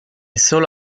solo